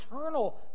eternal